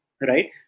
right